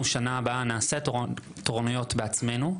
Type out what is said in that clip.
אנחנו בשנה הבאה נעשה תורנויות בעצמנו,